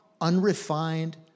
unrefined